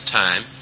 time